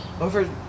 over